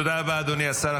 תודה רבה, אדוני השר.